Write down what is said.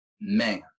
Man